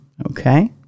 Okay